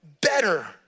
better